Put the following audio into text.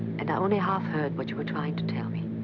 and i only half heard what you were trying to tell me.